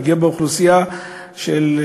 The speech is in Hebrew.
פגיעה באוכלוסייה של,